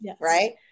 right